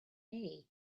hay